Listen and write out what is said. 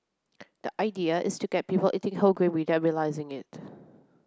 the idea is to get people eating whole grain without realising it